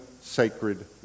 sacred